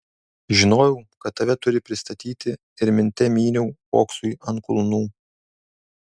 žinojau kad tave turi pristatyti ir minte myniau oksui ant kulnų